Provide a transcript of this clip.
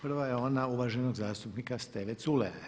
Prva je ona uvaženog zastupnika Steve Culeja.